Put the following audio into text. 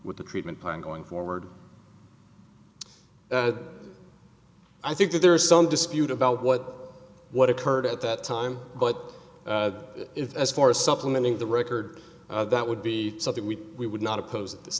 with the treatment plan going forward i think that there is some dispute about what what occurred at that time but if as far as supplementing the record that would be something we we would not oppose at this